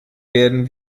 werden